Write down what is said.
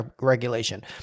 regulation